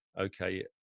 okay